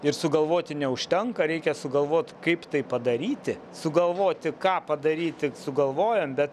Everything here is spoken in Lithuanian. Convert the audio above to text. ir sugalvoti neužtenka reikia sugalvot kaip tai padaryti sugalvoti ką padaryti sugalvojam bet